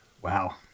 Wow